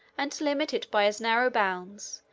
and to limit it by as narrow bounds,